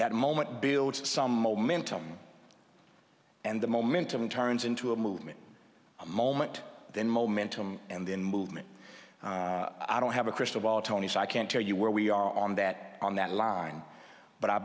that moment build some momentum and the momentum turns into a movement a moment then momentum and then movement i don't have a crystal ball tony so i can't tell you where we are on that on that line but i